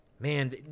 man